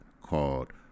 called